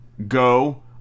Go